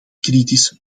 kritisch